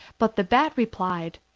but the bat replied,